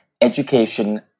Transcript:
education